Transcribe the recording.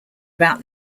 about